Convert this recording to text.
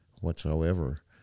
whatsoever